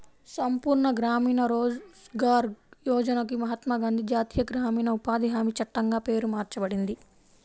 సంపూర్ణ గ్రామీణ రోజ్గార్ యోజనకి మహాత్మా గాంధీ జాతీయ గ్రామీణ ఉపాధి హామీ చట్టంగా పేరు మార్చబడింది